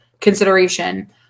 consideration